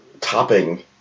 topping